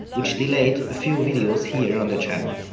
which delayed a few videos here on the channel.